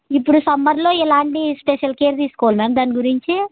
ఇప్పుడు సమ్మర్లో ఎలాంటి స్పెషల్ కేర్ తీసుకోవాలి మ్యామ్ దాని గురించి